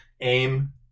aim